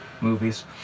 movies